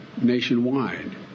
nationwide